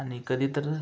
आणि कधी तर